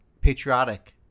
patriotic